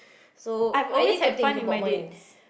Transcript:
so I need to think about mine